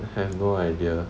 I have no idea